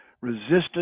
Resistance